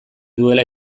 duela